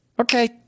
Okay